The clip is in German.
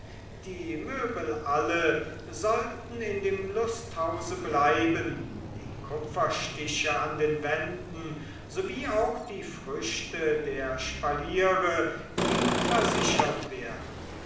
die meublen alle sollten in dem lusthause bleiben die kupferstiche an den wänden sowie auch die früchte der spaliere ihm versichert werden